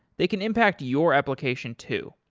they can impact your application too.